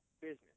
business